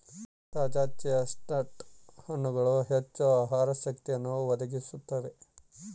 ತಾಜಾ ಚೆಸ್ಟ್ನಟ್ ಹಣ್ಣುಗಳು ಹೆಚ್ಚು ಆಹಾರ ಶಕ್ತಿಯನ್ನು ಒದಗಿಸುತ್ತವೆ